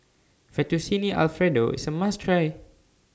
Fettuccine Alfredo IS A must Try